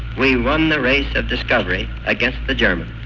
we won the race of discovery against the germans.